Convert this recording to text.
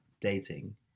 dating